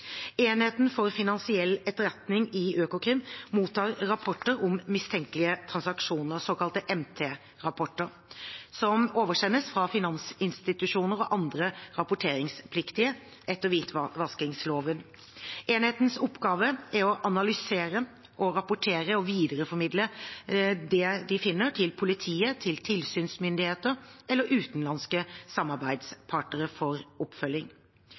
Enheten for finansiell etterretning i Økokrim mottar rapporter om mistenkelige transaksjoner, såkalte MT-rapporter, som oversendes fra finansinstitusjoner og andre rapporteringspliktige etter hvitvaskingsloven. Enhetens oppgave er å analysere rapportene og videreformidle det de finner, til politiet, tilsynsmyndigheter eller utenlandske samarbeidspartnere for oppfølging.